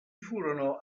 furono